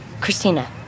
Christina